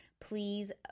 Please